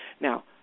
now